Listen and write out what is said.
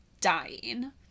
dying